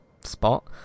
spot